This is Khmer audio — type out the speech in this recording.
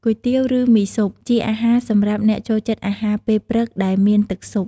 គុយទាវ ឬ មីស៊ុប ជាអាហារសម្រាប់អ្នកចូលចិត្តអាហារពេលព្រឹកដែលមានទឹកស៊ុប ។